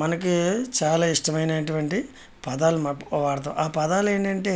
మనకి చాలా ఇష్టమైనటువంటి పదాలు వాడటం ఆ పదాలు ఏంటంటే